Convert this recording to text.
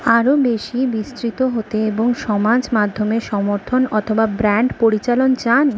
আরও বেশি বিস্তৃত হতে এবং সমাজ মাধ্যমের সমর্থন অথবা ব্র্যান্ড পরিচালন চান